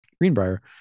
greenbrier